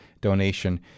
donation